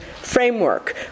framework